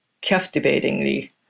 captivatingly